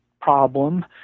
problem